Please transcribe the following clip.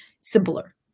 simpler